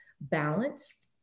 balance